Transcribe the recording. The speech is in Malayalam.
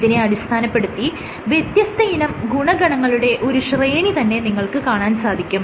ഇതിനെ അടിസ്ഥാനപ്പെടുത്തി വ്യത്യസ്തയിനം ഗുണഗണങ്ങളുടെ ഒരു ശ്രേണി തന്നെ നിങ്ങൾക്ക് കാണാൻ സാധിക്കും